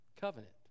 Covenant